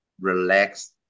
relaxed